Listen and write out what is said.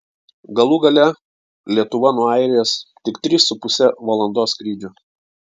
galų gale lietuva nuo airijos tik trys su puse valandos skrydžio